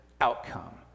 outcome